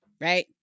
Right